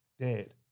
dead